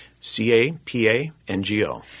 C-A-P-A-N-G-O